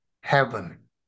heaven